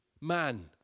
man